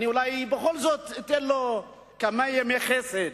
אולי בכל זאת אתן לו כמה ימי חסד.